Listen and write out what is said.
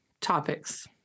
topics